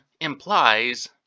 implies